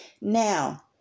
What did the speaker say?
Now